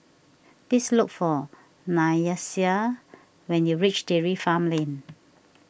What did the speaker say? please look for Nyasia when you reach Dairy Farm Lane